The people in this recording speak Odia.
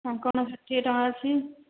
କାଙ୍କଡ଼ ଷାଠିଏ ଟଙ୍କା ଅଛି